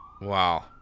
Wow